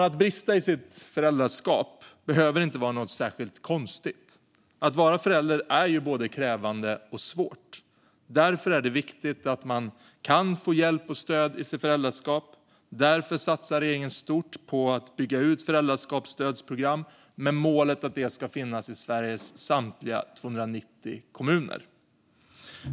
Att brista i sitt föräldraskap, fru talman, behöver inte vara något som är särskilt konstigt. Att vara förälder är ju både krävande och svårt. Därför är det viktigt att man kan få hjälp och stöd i sitt föräldraskap. Regeringen satsar därför stort på att bygga ut föräldraskapsstödprogram med målet att det ska finnas i Sveriges samtliga 290 kommuner.